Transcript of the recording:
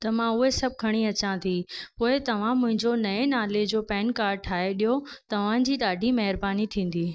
त मां उहे सभु खणी अचां थी उहे तव्हां मुंहिंजो नए नाले जो पैन काड ठाहे ॾियो तव्हां जी ॾाढी महिरबानी थींदी